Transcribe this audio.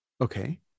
Okay